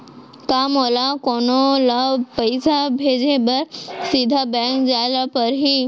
का मोला कोनो ल पइसा भेजे बर सीधा बैंक जाय ला परही?